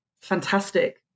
fantastic